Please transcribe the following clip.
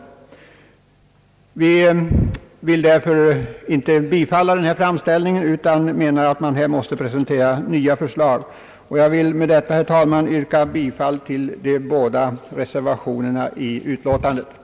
Vi vill därför inte tillstyrka den föreliggande framställningen utan anser att nya förslag bör presenteras. Med det anförda, herr talman, yrkar jag bifall till de båda reservationerna till utskottets utlåtande.